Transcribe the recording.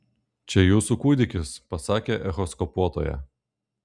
čia jūsų kūdikis pasakė echoskopuotoja